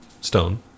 stone